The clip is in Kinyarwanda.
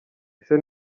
ese